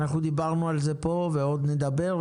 אנחנו דיברנו עליה פה ועוד נדבר,